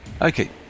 okay